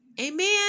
amen